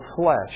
flesh